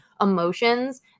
emotions